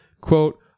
quote